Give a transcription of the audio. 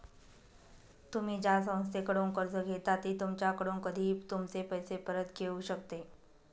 तुम्ही ज्या संस्थेकडून कर्ज घेता ती तुमच्याकडून कधीही तुमचे पैसे परत घेऊ शकते